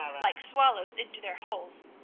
like swallows into their holes,